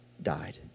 died